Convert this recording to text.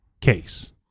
case